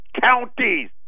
counties